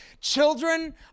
Children